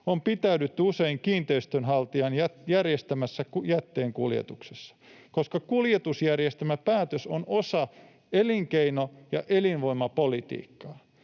on pitäydytty usein kiinteistönhaltijan järjestämässä jätteenkuljetuksessa, koska kuljetusjärjestelmäpäätös on osa elinkeino- ja elinvoimapolitiikkaa,